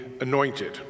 anointed